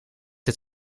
het